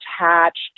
attached